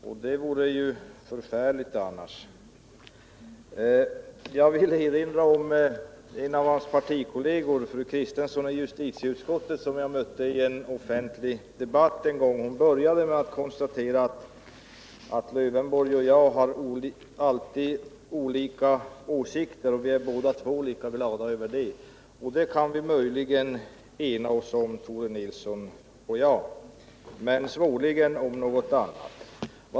Herr talman! Tore Nilsson sade att vi har diametralt olika åsikter, och något annat vore förfärligt. Jag vill erinra om vad en av hans partikolleger, fru Kristensson i justitieutskottet, en gång sade i en offentlig debatt. Hon konstaterade att ”AIlf Lövenborg och jag har alltid olika åsikter, och vi är båda lika glada över det”. Samma inställning kan möjligen Tore Nilsson och jag ena oss om, men svårligen om någonting annat.